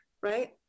right